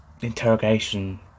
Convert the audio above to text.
interrogation